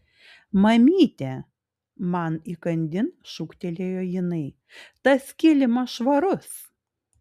mamyte man įkandin šūktelėjo jinai tas kilimas švarus